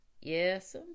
Yes